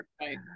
right